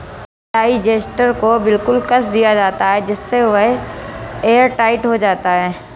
digester को बिल्कुल कस दिया जाता है जिससे वह एयरटाइट हो जाता है